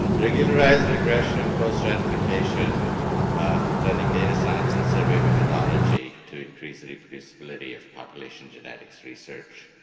regularized regression, poststratification blending data science and survey methodology to increase the reproducibility of population genetics research.